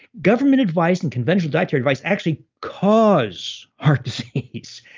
government advice and conventional dietary advice actually cause heart disease,